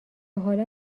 حالا